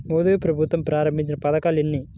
మోదీ ప్రభుత్వం ప్రారంభించిన పథకాలు ఎన్ని?